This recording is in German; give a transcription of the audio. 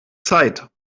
zeit